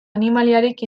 animaliarik